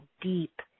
deep